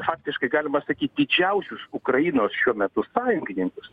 faktiškai galima sakyt didžiausius ukrainos šiuo metu sąjungininkus